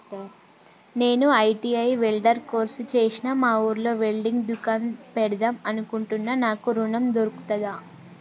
నేను ITI welder course చేశ్న మా ఊర్లో వెల్డింగ్ దుకాన్ పెడదాం అనుకుంటున్నా నాకు ఋణం దొర్కుతదా?